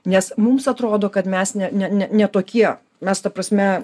nes mums atrodo kad mes ne ne ne tokie mes ta prasme